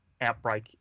outbreak